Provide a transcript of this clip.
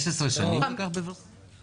15 שנים לקח באסון ורסאי?